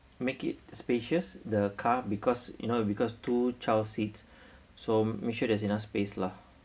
make it spacious the car because you know because two child seat so make sure there's enough space lah